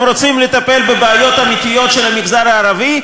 רוצים לטפל בבעיות האמיתיות של המגזר הערבי,